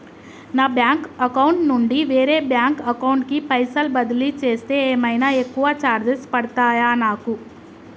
నా bank account నుండి వేరే బ్యాంక్ అకౌంట్ కి పైసల్ బదిలీ చేస్తే ఏమైనా ఎక్కువ చార్జెస్ పడ్తయా నాకు?